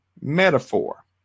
metaphor